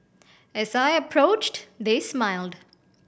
as I approached they smiled